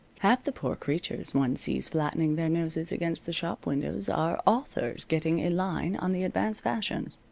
half the poor creatures one sees flattening their noses against the shop windows are authors getting a line on the advance fashions.